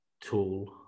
tool